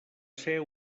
ser